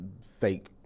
fake